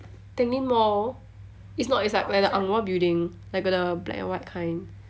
tanglin mall it's not it's like where the angmor building like the black and white kind